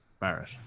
Barrett